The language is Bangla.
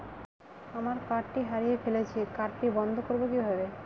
আমার কার্ডটি হারিয়ে ফেলেছি কার্ডটি বন্ধ করব কিভাবে?